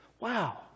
Wow